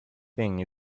thing